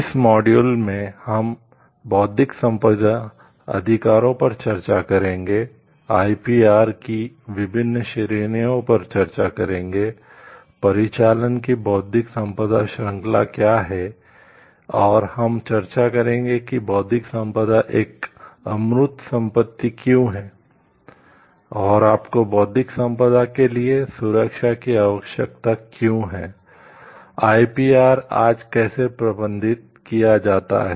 इस मॉड्यूल आज कैसे प्रबंधित किया जाता है